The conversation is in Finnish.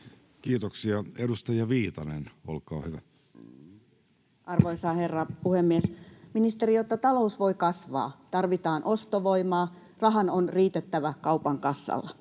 Kiitoksia. — Edustaja Viitanen, olkaa hyvä. Arvoisa herra puhemies! Ministeri, jotta talous voi kasvaa, tarvitaan ostovoimaa, rahan on riitettävä kaupan kassalla.